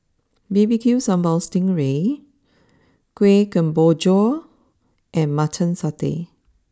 B B Q Sambal Sting Ray Kuih Kemboja and Mutton Satay